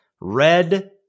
red